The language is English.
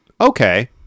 okay